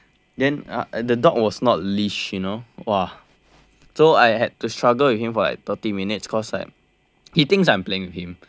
then the dog was not leashed you know !wah! so I had to struggle with him for like thirty minutes cause like he thinks I'm playing with him